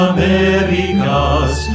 Americas